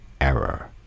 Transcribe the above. error